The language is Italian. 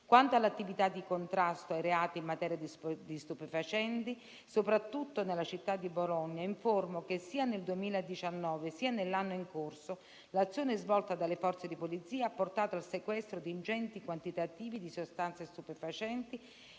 Quanto all'attività di contrasto ai reati in materia di stupefacenti, soprattutto nella città di Bologna, informo che sia nel 2019 sia nell'anno in corso l'azione svolta dalle Forze di polizia ha portato al sequestro di ingenti quantitativi di sostanze stupefacenti